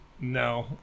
no